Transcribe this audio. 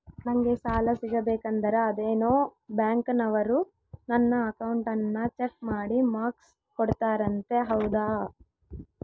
ನಂಗೆ ಸಾಲ ಸಿಗಬೇಕಂದರ ಅದೇನೋ ಬ್ಯಾಂಕನವರು ನನ್ನ ಅಕೌಂಟನ್ನ ಚೆಕ್ ಮಾಡಿ ಮಾರ್ಕ್ಸ್ ಕೊಡ್ತಾರಂತೆ ಹೌದಾ?